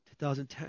2010